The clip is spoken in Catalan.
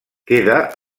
queda